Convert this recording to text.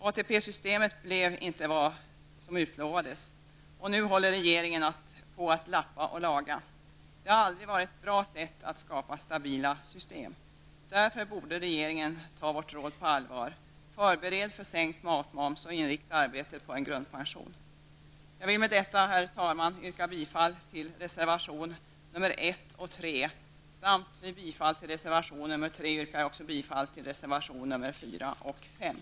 ATP-systemet blev inte vad som utlovades, och nu håller regeringen på att lappa och laga. Det har aldrig varit ett bra sätt att skapa stabila system. Därför borde regeringen ta vårt råd på allvar. Förbered för sänkt matmoms och inrikta arbetet på en grundpension! Jag vill med detta, herr talman, yrka bifall till reservationerna nr 1 och 3. Vid bifall till reservation nr 3 yrkar jag också bifall till reservationerna nr 4